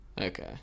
okay